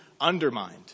undermined